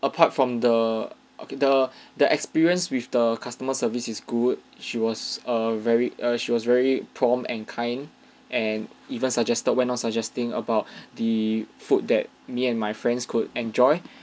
apart from the okay the the experience with the customer service is good she was err very err she was very prompt and kind and even suggested went on suggesting about the food that me and my friends could enjoy